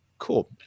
Cool